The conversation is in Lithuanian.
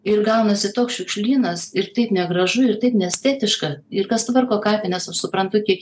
ir gaunasi toks šiukšlynas ir taip negražu ir taip neestetiška ir kas tvarko kapines aš suprantu kiek